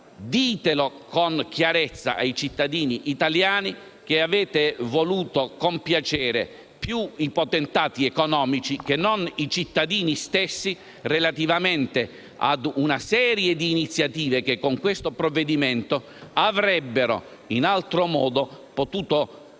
ditelo con chiarezza ai cittadini italiani che avete voluto compiacere più i potentati economici che i cittadini stessi relativamente ad una serie di iniziative che, con questo provvedimento, avrebbero in altro modo potuto produrre